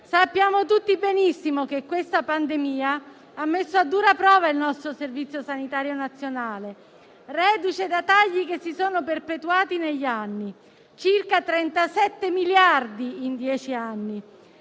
Sappiamo tutti benissimo che questa pandemia ha messo a dura prova il nostro Servizio sanitario nazionale, reduce da tagli che si sono perpetuati negli anni: circa 37 miliardi di euro in dieci anni.